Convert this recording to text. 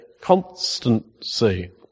Constancy